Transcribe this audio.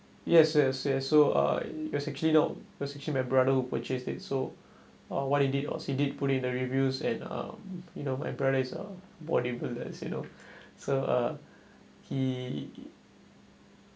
yes yes yes so I uh was actually not was actually my brother who purchased it so uh what he did or he did put it in the reviews and um you know my brother is a bodybuilder you know so uh he